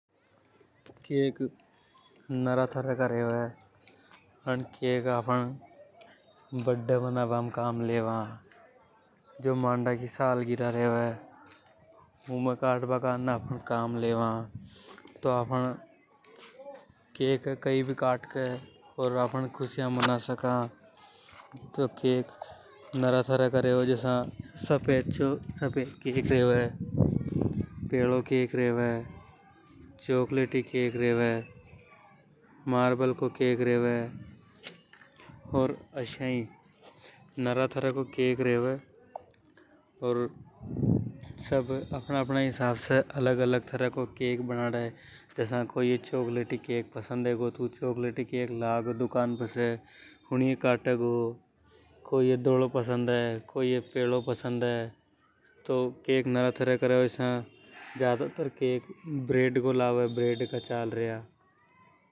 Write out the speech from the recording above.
केक नरा तरह का रेवे अन केक नाणे आफ़न बड्डे मानबा में काम लेवा। जो मांडा की सालगिरह रेवे उमें काट बा करने काम लेवा तो आपन केक ये काट के आपन खुशियां मना सका तो केक नरा तरह का रेवे जसा। रेवे पेलो केक रेवे चॉकलेटी केक रेव मार्बल को केक रेवे अर आसाई नरा तरह को केक रेवे। अर सब अपने हिसाब से अलग अलग तरह को बनाड़ जसा कोई ये चॉकलेटी केक पसंद हे तो ऊ चॉकलेटी केक लगो दुकान पे से यूनिये कटेगा कोई ये घोलो पसंद हे कोई ये पेलो पसंद हे तो केक नरा तरह का रेवे ज्यादातर केक ब्रैड को लावे।